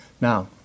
Now